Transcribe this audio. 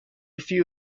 few